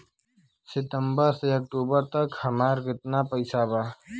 सितंबर से अक्टूबर तक हमार कितना पैसा बा?